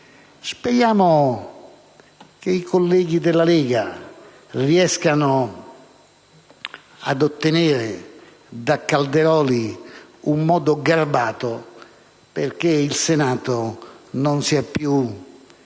Speriamo che i colleghi della Lega riescano ad ottenere da Calderoli un modo garbato perché il Senato non sia più